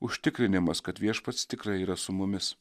užtikrinimas kad viešpats tikrai yra su mumis